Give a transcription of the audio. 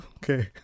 Okay